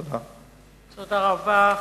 תודה רבה.